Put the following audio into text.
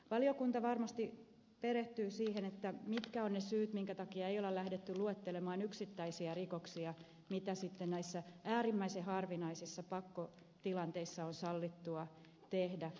valiokunta varmasti perehtyy siihen mitkä ovat ne syyt minkä takia ei ole lähdetty luettelemaan yksittäisiä rikoksia mitä sitten näissä äärimmäisen harvinaisissa pakkotilanteissa on sallittua tehdä